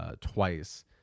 twice